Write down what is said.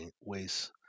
ways